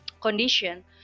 condition